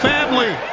Family